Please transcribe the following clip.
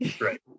Right